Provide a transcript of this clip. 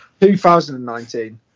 2019